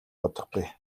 бодохгүй